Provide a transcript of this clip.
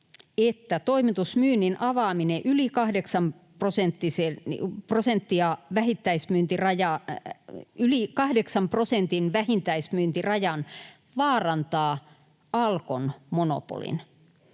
että toimitusmyynnin avaaminen yli 8 prosentin vähittäismyyntirajan vaarantaa Alkon monopolin.